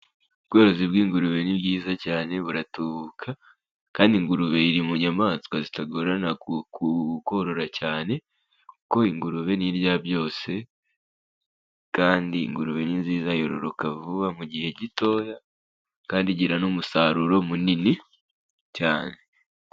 Ubworozi bw'ingurube ni bwiza cyane buratubuka, kandi ingurube iri mu nyamaswa zitagorana korora cyane, kuko ingurube ni indyabyose, kandi ingurube ni nziza yororoka vuba mu gihe gitoya, kandi igira n'umusaruro munini cyane.